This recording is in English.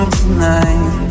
tonight